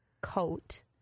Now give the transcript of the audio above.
coat